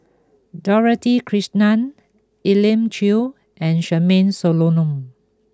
Dorothy Krishnan Elim Chew and Charmaine Solomon